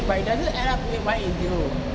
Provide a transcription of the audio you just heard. but it doesn't add up one eight zero